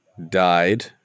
died